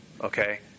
okay